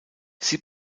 sie